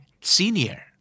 senior